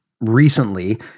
recently